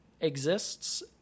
Exists